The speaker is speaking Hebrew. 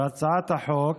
בהצעת החוק